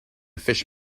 fish